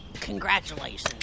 congratulations